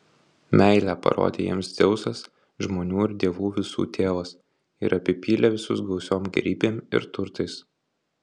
meilę parodė jiems dzeusas žmonių ir dievų visų tėvas ir apipylė visus gausiom gėrybėm ir turtais